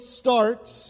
starts